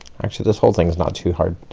actually this whole thing is not too hard.